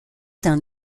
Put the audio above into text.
dans